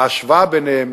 ההשוואה ביניהן